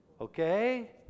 okay